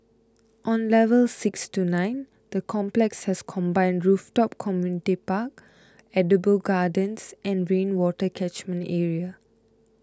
on levels six to nine the complex has a combined rooftop community park edible gardens and rainwater catchment area